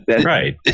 Right